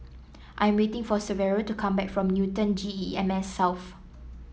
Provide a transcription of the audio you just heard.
I'm waiting for Severo to come back from Newton G E M S South